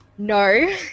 No